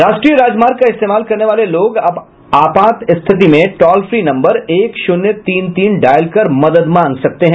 राष्ट्रीय राज मार्ग का इस्तेमाल करने वाले लोग अब आपात स्थिति में टॉल फ्री नम्बर एक शून्य तीन तीन डायल कर मदद मांग सकते हैं